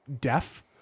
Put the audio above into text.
deaf